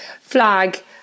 Flag